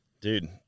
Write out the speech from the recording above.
dude